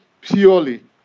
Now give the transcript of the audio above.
purely